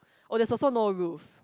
oh that is also no roof